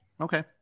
Okay